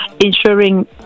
ensuring